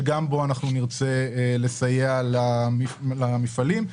שגם בו נרצה לסייע למפעלים.